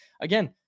again